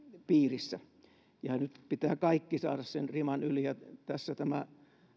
piirissä nyt pitää kaikki saada sen riman yli ja tässä tämä